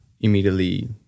immediately